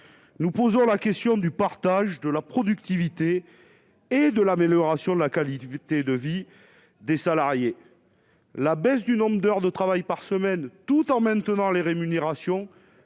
nous posons la question du partage de la productivité et de l'amélioration de la qualité de vie des salariés, la baisse du nombre d'heures de travail par semaine tout en maintenant les rémunérations